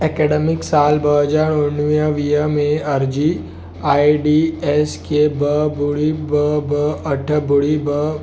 academic साल ॿ हजार उणिवीह वीह में अर्जी आइ डी एस के ॿ ॿुड़ी ॿ ॿ अठ ॿुड़ी ॿ